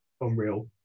unreal